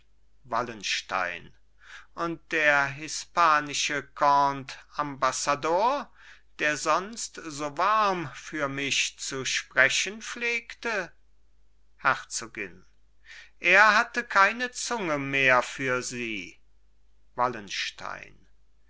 wallenstein und der hispanische conte ambassador der sonst so warm für mich zu sprechen pflegte herzogin er hatte keine zunge mehr für sie wallenstein